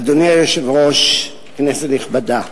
כששר המשפטים